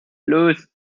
los